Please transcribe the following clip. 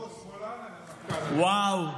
שמאלן, וואו.